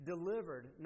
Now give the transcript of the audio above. Delivered